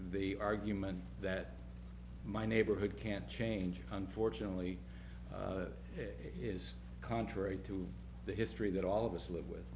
the argument that my neighborhood can't change unfortunately is contrary to the history that all of us live with